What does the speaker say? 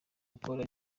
gukora